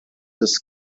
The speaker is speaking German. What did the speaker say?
des